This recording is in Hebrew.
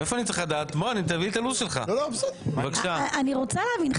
--- אני רוצה להבין,